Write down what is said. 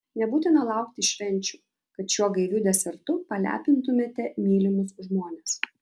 nebūtina laukti švenčių kad šiuo gaiviu desertu palepintumėte mylimus žmones